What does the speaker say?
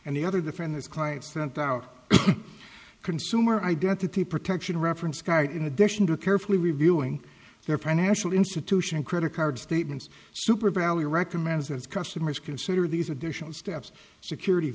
and the other the friend his client sent out consumer identity protection reference card in addition to carefully reviewing their financial institution credit card statements super valley recommends as customers consider these additional steps security